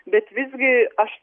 bet visgi aš